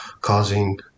causing